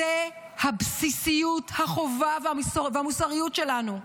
זאת הבסיסיות, החובה והמוסריות שלנו,